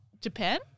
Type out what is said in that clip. Japan